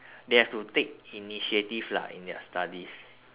they have to take initiative lah in their studies